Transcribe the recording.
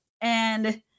and-